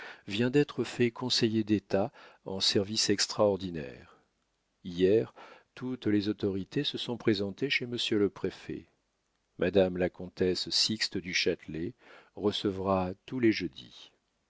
vient d'être fait conseiller d'état en service extraordinaire hier toutes les autorités se sont présentées chez monsieur le préfet madame la comtesse sixte du châtelet recevra tous les jeudis